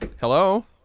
Hello